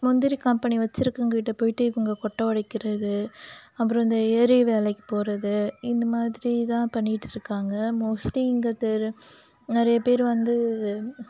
முந்திரி கம்பெனி வச்சுருக்கவங்ககிட்ட போய்ட்டு இவங்க கொட்டை உடைக்கிறது அப்புறம் இந்த ஏரி வேலைக்கு போகிறது இந்த மாதிரி தான் பண்ணிக்கிட்டு இருக்குறாங்க மோஸ்ட்லி இங்கே நிறைய பேர் வந்து